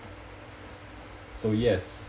so yes